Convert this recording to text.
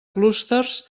clústers